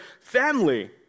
family